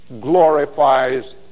glorifies